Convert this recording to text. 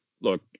Look